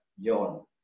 John